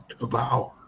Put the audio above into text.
Devour